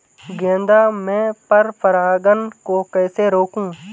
गेंदा में पर परागन को कैसे रोकुं?